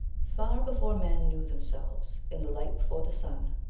far before men knew themselves, in the light before the sun,